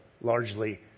largely